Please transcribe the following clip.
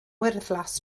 wyrddlas